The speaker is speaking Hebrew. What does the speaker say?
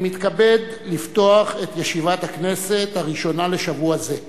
אני מתכבד לפתוח את ישיבת הכנסת הראשונה לשבוע זה.